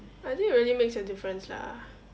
I think really makes a difference lah